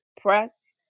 press